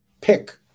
pick